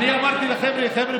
אני אמרתי לחבר'ה: חבר'ה,